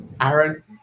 Aaron